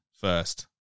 first